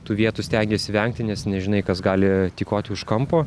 tų vietų stengiesi vengti nes nežinai kas gali tykoti už kampo